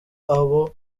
abo